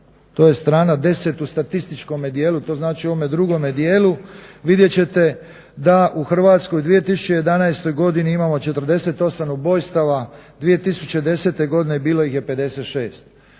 To je strana 10 u statističkome dijelu to znači u ovome drugome dijelu vidjet ćete da u Hrvatskoj u 2011. godini imamo 48 ubojstava. 2010.godine bilo ih je 56.